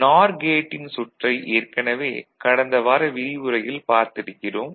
நார் கேட்டின் சுற்றை ஏற்கனவே கடந்த வார விரிவுரையில் பார்த்திருக்கிறோம்